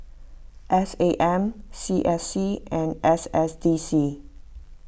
S A M C S C and S S D C